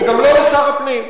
וגם לא לשר הפנים.